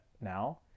now